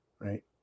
Right